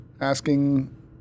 asking